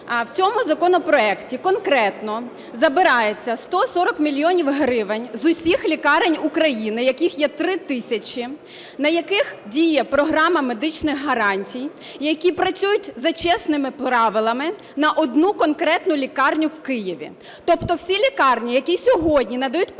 В цьому законопроекті конкретно забирається 140 мільйонів гривень з усіх лікарень України, яких є 3 тисячі, на яких діє програма медичних гарантій, які працюють за чесними правилами, на одну конкретну лікарню в Києві. Тобто всі лікарні, які сьогодні надають послуги